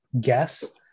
guess